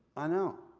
i know.